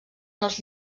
els